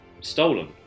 stolen